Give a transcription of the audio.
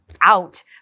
out